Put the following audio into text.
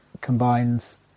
combines